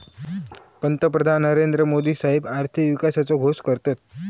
पंतप्रधान नरेंद्र मोदी साहेब आर्थिक विकासाचो घोष करतत